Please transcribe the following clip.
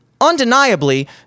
undeniably